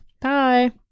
Bye